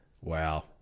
wow